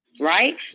right